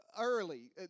early